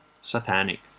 satanic